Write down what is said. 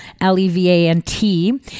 L-E-V-A-N-T